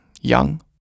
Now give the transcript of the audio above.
Young